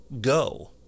go